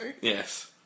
yes